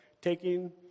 taking